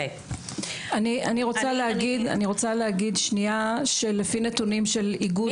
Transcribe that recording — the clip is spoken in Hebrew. אני רוצה שתגיד עוד שלושה דברים